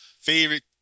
Favorite